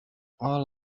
all